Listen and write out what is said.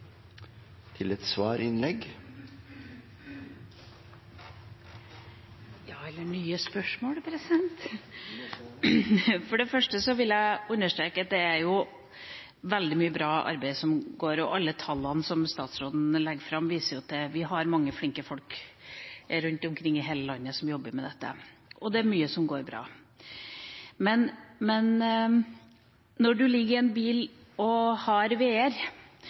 til et svarinnlegg. – Eller til nye spørsmål, president. Det kan det også være. For det første vil jeg understreke at det er veldig mye bra arbeid som pågår. Alle tallene som statsråden legger fram, viser at vi har mange flinke folk rundt omkring i hele landet som jobber med dette, og at det er mye som går bra. Men når man ligger i en bil og har veer,